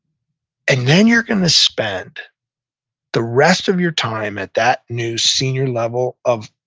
and then you're going to spend the rest of your time at that new senior level of